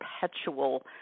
perpetual